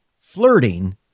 flirting